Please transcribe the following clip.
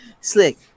Slick